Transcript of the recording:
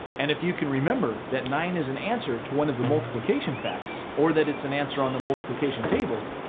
and if you can remember that nine is an answer to one of the multiplication facts, or that it's an answer on the multiplication table,